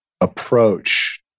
approach